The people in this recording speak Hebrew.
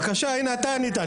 בבקשה, הנה אתה ענית.